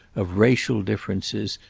of racial differences,